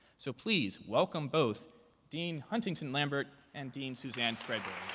so please, welcome both dean huntington lambert and dean suzanne spreadbury.